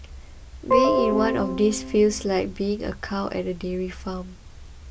being in one of these places feels like being a cow at a dairy farm